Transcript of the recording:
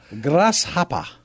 Grasshopper